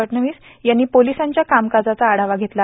फडणवीस यांनी पोलिसांच्या कामकाजाचा आढावा घेतला